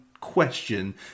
question